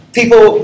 people